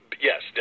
Yes